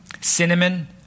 Cinnamon